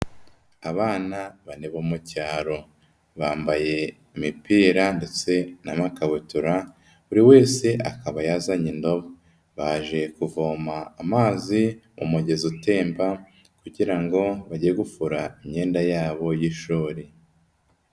Abana bane bo mu cyaro, bambaye imipira ndetse n'amakabutura, buri wese akaba yazanye indobo, baje kuvoma amazi mu mugezi utemba kugira ngo bajye gufura imyenda yabo y'ishuri.